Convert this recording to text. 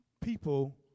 people